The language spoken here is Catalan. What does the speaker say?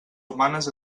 humanes